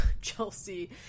Chelsea